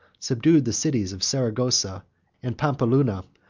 subdued the cities of saragossa and pampeluna,